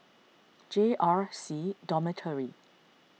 J R C Dormitory